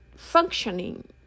functioning